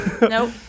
Nope